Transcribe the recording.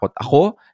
ako